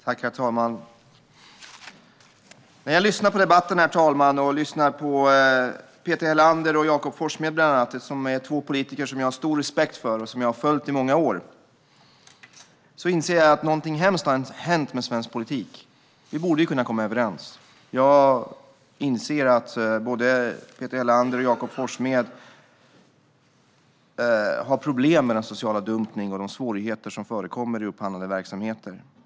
Herr talman! När jag lyssnar på debatten och lyssnar på Peter Helander och Jakob Forssmed, två politiker som jag har stor respekt för och som jag har följt i många år, inser jag att någonting hemskt har hänt med svensk politik. Vi borde ju kunna komma överens. Jag inser att både Peter Helander och Jakob Forssmed har problem med social dumpning och de svårigheter som förekommer i upphandlande verksamheter.